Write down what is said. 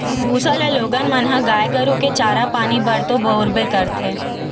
भूसा ल लोगन मन ह गाय गरु के चारा पानी बर तो बउरबे करथे